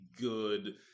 good